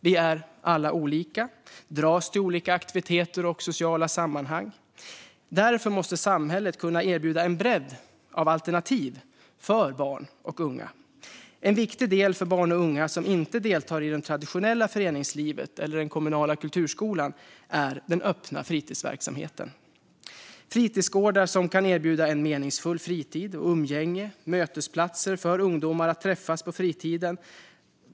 Vi är alla olika och dras till olika aktiviteter och sociala sammanhang. Därför måste samhället kunna erbjuda en bredd av alternativ för barn och unga. En viktig del för barn och unga som inte deltar i det traditionella föreningslivet eller den kommunala kulturskolan är den öppna fritidsverksamheten, fritidsgårdar som kan erbjuda en meningsfull fritid och umgänge och mötesplatser för ungdomar att träffas på fritiden.